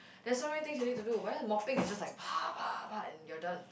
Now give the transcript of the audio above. there's so many things you need to do but then the mopping is just like and you're done